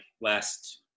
last